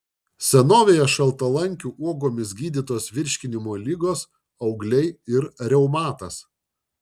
senovėje šaltalankių uogomis gydytos virškinimo ligos augliai ir reumatas